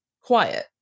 quiet